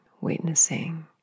witnessing